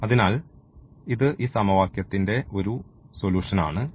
അതിനാൽ ഇത് ഈ സമവാക്യത്തിൻറെ ഒരു സൊലൂഷൻ ആണ്